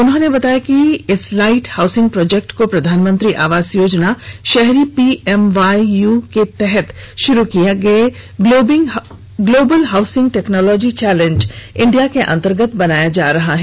उन्होंने बताया कि इस लाइट हाउसिंग प्रोजेक्ट को प्रधानमंत्री आवास योजना शहरी पीएमएवाय य के तहत शुरू किए गए global housing technology challenge India के अंतर्गत बनाया जा रहा है